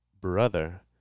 brother